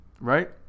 Right